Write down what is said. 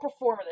performative